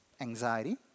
Anxiety